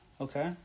Okay